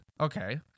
Okay